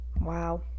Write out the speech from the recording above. Wow